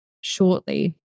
shortly